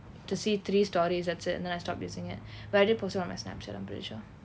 to see three stories at it and then I stop using it but I did post it on my snapchat I'm pretty sure